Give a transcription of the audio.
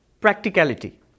practicality